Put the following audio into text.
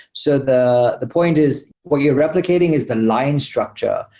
so the the point is what you're replicating is the line structures,